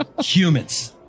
humans